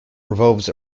revolves